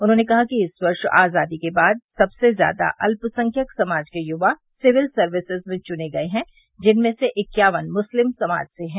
उन्होंने कहा कि इस वर्ष आजादी के बाद सबसे ज्यादा अल्पसंख्यक समाज के युवा सिविल सर्विसेज में चुने गये हैं जिनमें से इक्यावन मुस्लिम समाज से हैं